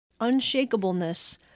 unshakableness